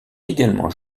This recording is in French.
également